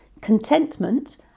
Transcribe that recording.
contentment